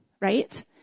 right